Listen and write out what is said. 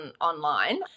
online